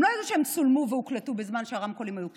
הם לא ידעו שהם צולמו והוקלטו בזמן שהרמקולים היו פתוחים,